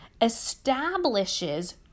establishes